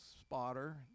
spotter